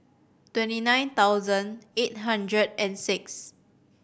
twenty nine thousand eight hundred and six